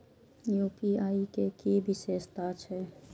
UPI के कि विषेशता छै?